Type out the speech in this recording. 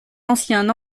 ancien